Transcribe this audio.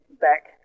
back